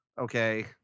Okay